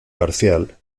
parcial